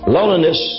Loneliness